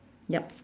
yup